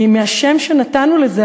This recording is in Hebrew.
בגלל השם שנתנו לזה,